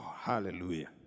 Hallelujah